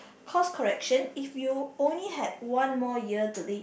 course correction if you only had one more year to live